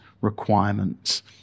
requirements